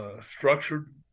structured